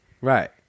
Right